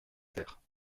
taire